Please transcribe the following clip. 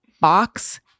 box